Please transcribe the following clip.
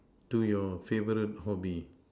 to your favourite hobby